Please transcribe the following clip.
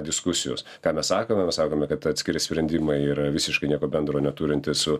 diskusijos ką mes sakome mes sakome kad atskiri sprendimai yra visiškai nieko bendro neturintys su